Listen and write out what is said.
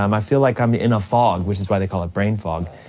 um i feel like i'm in a fog, which is why they call it brain fog.